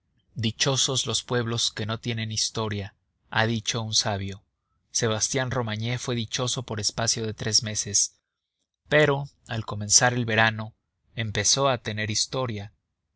dichosos los pueblos que no tienen historia ha dicho un sabio sebastián romagné fue dichoso por espacio de tres meses pero al comenzar el verano empezó a tener historia